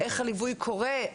איך הליווי קורה,